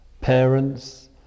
parents